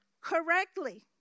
Correctly